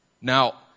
Now